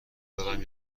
دارم